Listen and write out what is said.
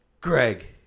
Greg